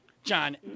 John